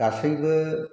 गासैबो